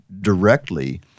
directly